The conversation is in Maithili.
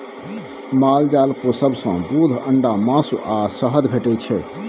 माल जाल पोसब सँ दुध, अंडा, मासु आ शहद भेटै छै